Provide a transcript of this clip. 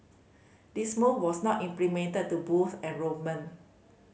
this move was not implemented to boost enrolment